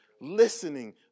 Listening